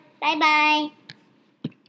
Bye-bye